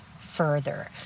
further